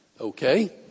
Okay